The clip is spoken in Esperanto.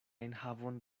enhavon